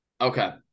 Okay